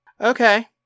Okay